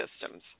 systems